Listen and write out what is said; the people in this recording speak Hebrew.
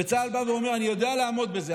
וצה"ל בא ואומר: אני יודע לעמוד בזה,